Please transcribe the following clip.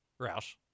Roush